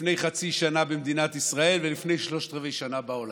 לפני חצי שנה במדינת ישראל ולפני שלושת רבעי שנה בעולם.